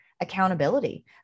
accountability